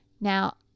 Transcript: Now